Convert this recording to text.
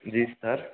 जी sir